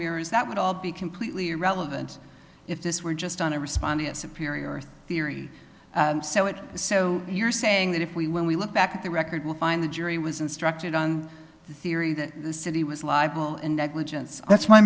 mirrors that would all be completely irrelevant if this were just on our respondents inferior theory so it so you're saying that if we when we look back at the record we'll find the jury was instructed on the theory that the city was libel and negligence that's my